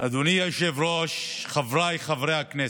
אדוני היושב-ראש, חבריי חברי הכנסת,